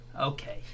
Okay